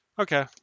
Okay